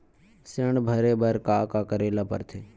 ऋण भरे बर का का करे ला परथे?